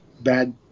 bad